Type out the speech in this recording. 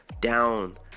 down